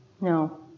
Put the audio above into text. No